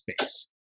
space